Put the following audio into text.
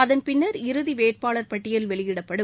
அதன் பின்னர் இறுதிவேட்பாளர் பட்டியல் வெளியிடப்படும்